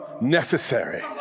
necessary